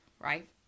right